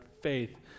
faith